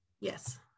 yes